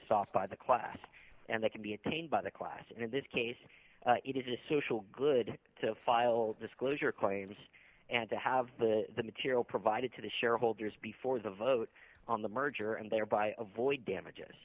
off by the class and they can be obtained by the class and in this case it is a social good to file disclosure claims and to have the material provided to the shareholders before the vote on the merger and thereby avoid damages